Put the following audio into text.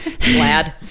Lad